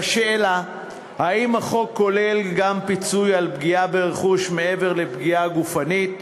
לגבי השאלה האם החוק כולל גם פיצוי על פגיעה ברכוש מעבר לפגיעה גופנית,